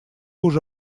уже